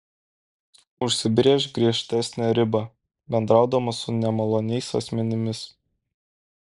užsibrėžk griežtesnę ribą bendraudama su nemaloniais asmenimis